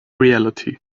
reality